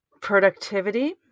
productivity